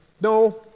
No